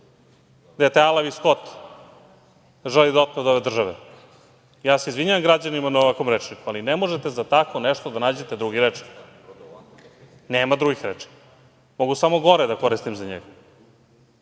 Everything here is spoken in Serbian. taj alavi skot želi da otme od ove države. Izvinjavam se građanima na ovom rečniku, ali ne možete za tako nešto da nađete drugi rečnik. Nema drugih reči. Mogu samo gore da koristim za njega. Neko